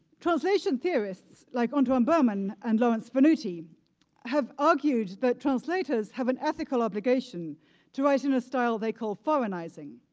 translation theorists like antoine berman and lawrence venuti have argued that translators have an ethical obligation to write in a style they call foreignizing.